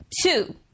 two